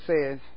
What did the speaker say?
says